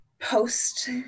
post